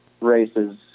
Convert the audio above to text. races